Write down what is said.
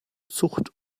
zucht